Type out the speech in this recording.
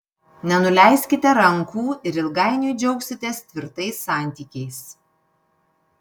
nenuleiskite rankų ir ilgainiui džiaugsitės tvirtais santykiais